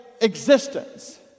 existence